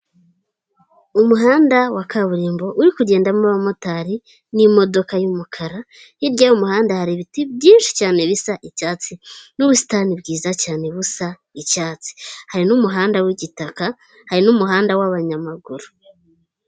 Umuhanda wa kaburimbo uri kugendamo abamotari n'imodoka y'umukara ,hirya y'umuhanda hari ibiti byinshi cyane bisa icyatsi n'ubusitani bwiza cyane busa icyatsi hari n'umuhanda wigitaka, hari n'umuhanda wabanyamaguru.